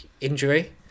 injury